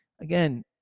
Again